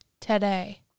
today